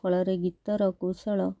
ଫଳରେ ଗୀତର କୌଶଳ